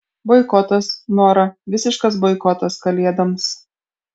boikotas nora visiškas boikotas kalėdoms